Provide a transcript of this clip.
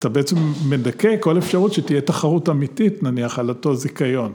אתה בעצם מדכא כל אפשרות שתהיה תחרות אמיתית נניח על אותו זיכיון.